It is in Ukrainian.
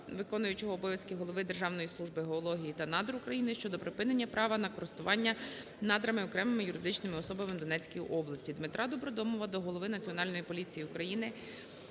виконуючого обов'язки голови Державної служби геології та надр України щодо припинення права на користування надрами окремим юридичним особам в Донецькій області. Дмитра Добродомова до голови Національної поліції України,